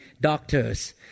doctors